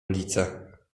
ulice